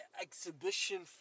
exhibition